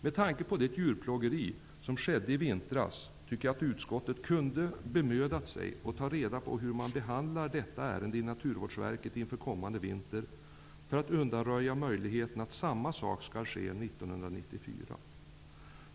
Med tanke på djurplågeriet i vintras tycker jag att utskottet kunde ha bemödat sig att ta reda på hur Naturvårdsverket behandlar detta ärende inför kommande vinter, för att undanröja möjligheterna till samma slags plågeri 1994.